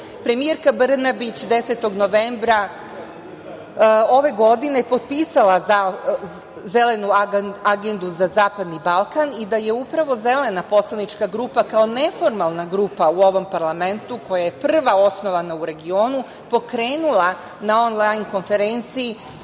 premijerka Brnabić 10. novembra 2020. godine, potpisala Zelenu agendu za Zapadni Balkan i da je upravo Zelena poslanička grupa, kao neformalna grupa u ovom parlamentu, koja je prva osnovana u regionu, pokrenula na onlajn konferenciji